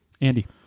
Andy